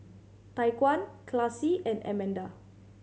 Tyquan Classie and Amanda